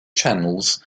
channels